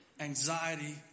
Anxiety